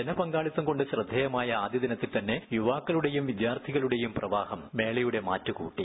ജനപങ്കാളിത്തം കൊണ്ടു ശ്രദ്ധേയമായ ആദ്യ ദിനത്തിൽ തന്നെ യുവാക്കളുടെയും വിദ്യാർത്ഥികളുടെയും പ്രവാഹം മേളയുടെ മാറ്റ് കൂട്ടി